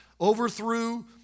overthrew